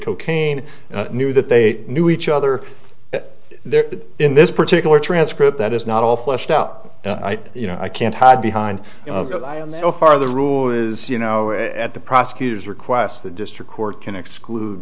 cocaine knew that they knew each other there in this particular transcript that is not all fleshed out you know i can't hide behind far the rule is you know at the prosecutor's request the district court can exclude